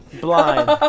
blind